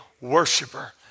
worshiper